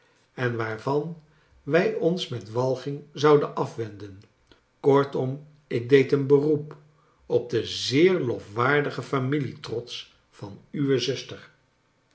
en waarvan wij ons met walging zouden afwenden kortom ik deed een beroep op den zeer lol'waardigen familietrots van uwe zuster